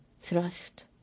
thrust